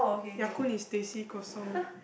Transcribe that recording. Ya-Kun is teh C kosong ah